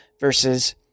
versus